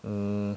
mm